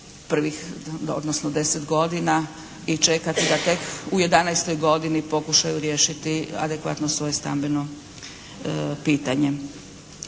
prvih odnosno 10 godina i čekati da tek u 11-oj godini pokušaju riješiti adekvatno svoje stambeno pitanje.